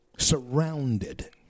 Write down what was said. Surrounded